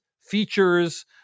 features